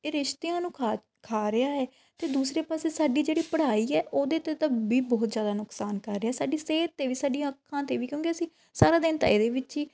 ਇਹ ਰਿਸ਼ਤਿਆਂ ਨੂੰ ਖਾ ਖਾ ਰਿਹਾ ਹੈ ਅਤੇ ਦੂਸਰੇ ਪਾਸੇ ਸਾਡੀ ਜਿਹੜੀ ਪੜ੍ਹਾਈ ਹੈ ਉਹਦੇ 'ਤੇ ਤਾਂ ਬੀ ਬਹੁਤ ਜ਼ਿਆਦਾ ਨੁਕਸਾਨ ਕਰ ਰਿਹਾ ਸਾਡੀ ਸਿਹਤ 'ਤੇ ਵੀ ਸਾਡੀਆਂ ਅੱਖਾਂ 'ਤੇ ਵੀ ਕਿਉਂਕਿ ਅਸੀਂ ਸਾਰਾ ਦਿਨ ਤਾਂ ਇਹਦੇ ਵਿੱਚ ਹੀ